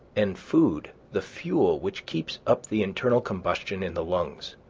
and food the fuel which keeps up the internal combustion in the lungs.